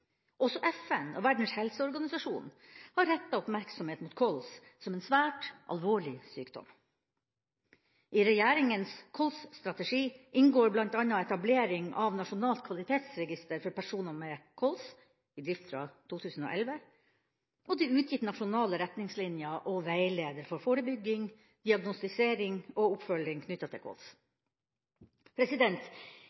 Også FN og Verdens helseorganisasjon har retta oppmerksomhet mot kols som en svært alvorlig sykdom. I regjeringas kolsstrategi inngår bl.a. etablering av nasjonalt kvalitetsregister for personer med kols – i drift fra 2011 – og det er utgitt nasjonale retningslinjer og veileder for forebygging, diagnostisering og oppfølging knyttet til